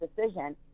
decision